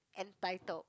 entitled